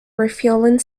refueling